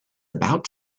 about